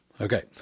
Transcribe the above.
Okay